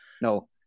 no